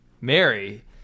Mary